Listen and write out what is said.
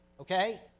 okay